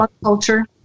Culture